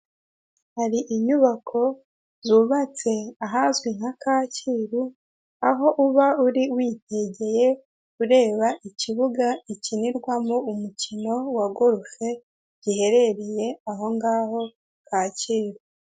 Hari inyubako zubatse ahazwi nka Kacyiru, aho uba uri witegeye ureba ikibuga gikinirwamo umukino wa gorufe, giherereye ahongaho Kacyiru.